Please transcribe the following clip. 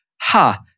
ha